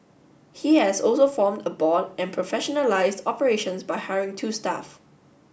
he has also formed a board and professionalised operations by hiring two staff